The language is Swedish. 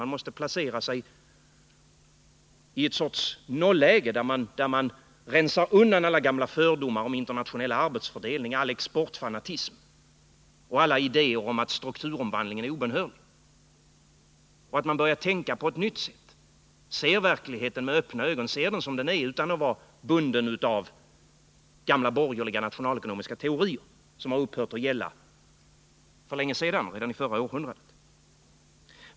Man måste placera sig i en sorts nolläge, där man rensar bort alla gamla fördomar om internationell arbetsfördelning, all exportfanatism och alla idéer om att strukturomvandlingen är obönhörlig. Man måste i stället börja tänka på ett nytt sätt och med öppna ögon se verkligheten som den är utan att vara bunden av gamla borgerliga nationalekonomiska teorier, som upphört att gälla för länge sedan — redan i förra århundradet.